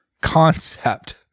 concept